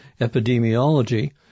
epidemiology